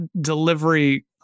delivery